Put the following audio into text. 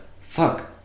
fuck